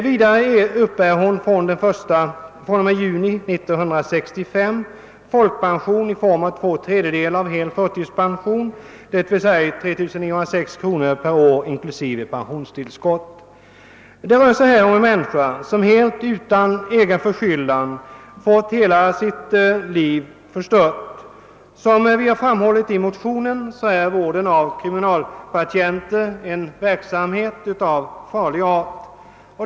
Vidare uppbär hon fr.o.m. juni 1965 folkpension i form av två tredjedelar av hel förtidspension, d.v.s. 3 906 kr. per år, inklusive pensionstillskott. Det rör sig här om en människa som helt utan egen förskyllan fått hela sitt liv förstört. Som vi har framhållit i motionen är vården av kriminalpatienter en verksamhet av farlig art.